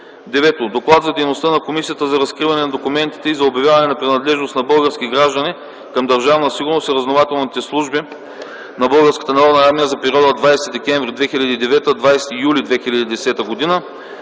9. Доклад за дейността на Комисията за разкриване на документите и за обявяване на принадлежност на български граждани към Държавна сигурност и разузнавателните служби на Българската народна армия за периода 20 декември 2009 – 20 юли 2010 г.